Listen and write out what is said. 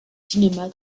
cinéma